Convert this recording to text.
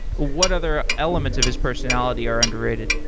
what other elements of his personality are underrated?